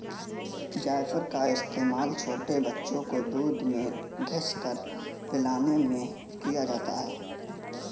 जायफल का इस्तेमाल छोटे बच्चों को दूध में घिस कर पिलाने में किया जाता है